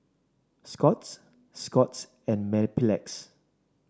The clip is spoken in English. Scott's Scott's and Mepilex